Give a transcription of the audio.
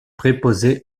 préposé